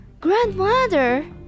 Grandmother